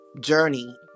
journey